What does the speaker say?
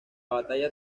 batalla